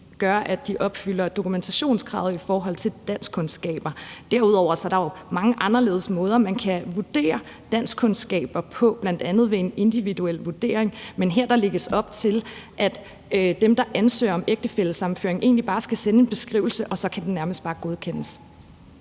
gøre, at de opfylder dokumentationskravet i forhold til danskkundskaber. Derudover er der jo mange andre anderledes måder, man kan vurdere danskkundskaber på, bl.a. ved en individuel vurdering. Men her lægges der op til, at dem, der ansøger om ægtefællesammenføring, egentlig bare skal sende en beskrivelse, og så kan de nærmest bare godkendes.